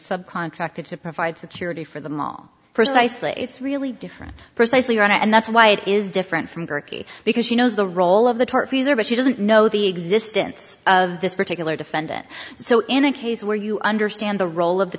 subcontracted to provide security for the mall precisely it's really different precisely right and that's why it is different from turkey because you know the role of the tart freezer but she doesn't know the existence of this particular defendant so in a case where you understand the role of the